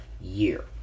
year